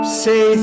say